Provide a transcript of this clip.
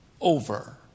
Over